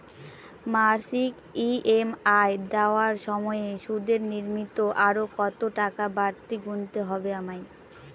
মাসিক ই.এম.আই দেওয়ার সময়ে সুদের নিমিত্ত আরো কতটাকা বাড়তি গুণতে হবে আমায়?